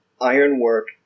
Ironwork